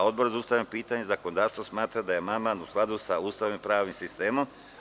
Odbor za ustavna pitanja i zakonodavstvo smatra da je amandman u skladu sa Ustavom i pravnim sistemom.